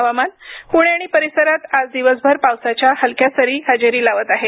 हवामान पुणे आणि परिसरात आज दिवसभर पावसाच्या हलक्या सरी हजेरी लावत आहेत